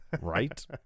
right